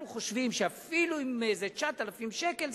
אנחנו חושבים שאפילו אם זה 9,000 שקל,